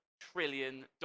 trillion